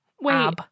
Wait